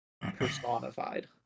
personified